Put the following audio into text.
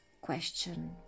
question